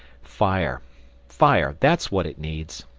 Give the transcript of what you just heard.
fire fire! that's what it needs,